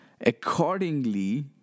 Accordingly